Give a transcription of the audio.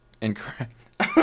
Incorrect